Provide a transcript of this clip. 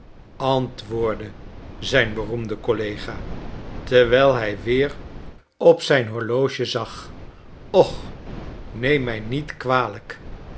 antwoordde zijn beroemde collega terwijl hij weer op zijn horloge zag och neem mij niet kwalijk